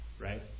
Right